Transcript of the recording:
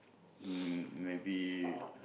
um maybe